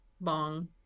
bong